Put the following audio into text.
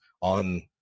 on